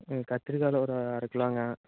ம் கத்திரிக்காய்ல ஒரு அரை கிலோங்க